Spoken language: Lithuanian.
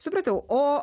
supratau o